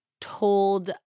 told